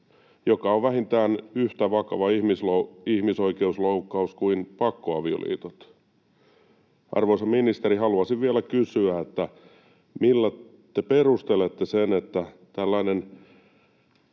mikä on vähintään yhtä vakava ihmisoikeusloukkaus kuin pakkoavioliitot. Arvoisa ministeri, haluaisin vielä kysyä, millä te perustelette sen, että tällainen